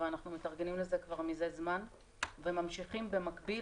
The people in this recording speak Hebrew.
ואנחנו מתארגנים לזה כבר מזה זמן וממשיכים במקביל